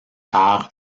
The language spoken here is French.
par